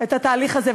את התהליך הזה,